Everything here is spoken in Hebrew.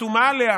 וחתומה עליה,